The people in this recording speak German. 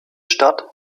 stadt